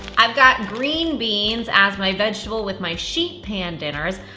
i've got green beans as my vegetable with my sheet pan dinners.